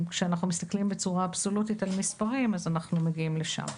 כשאנחנו מסתכלים בצורה אבסולוטית על המספרים אז אנחנו מגיעים לשם.